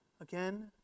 again